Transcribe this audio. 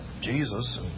Jesus